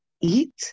eat